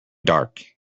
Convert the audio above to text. dark